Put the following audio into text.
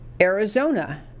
Arizona